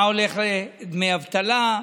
מה הולך לדמי אבטלה,